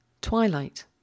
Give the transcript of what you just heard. Twilight